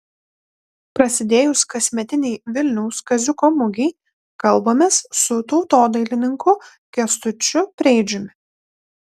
prasidėjus kasmetinei vilniaus kaziuko mugei kalbamės su tautodailininku kęstučiu preidžiumi